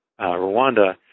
Rwanda